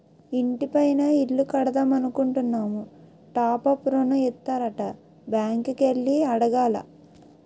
ఇంటి పైన ఇల్లు కడదామనుకుంటున్నాము టాప్ అప్ ఋణం ఇత్తారట బ్యాంకు కి ఎల్లి అడగాల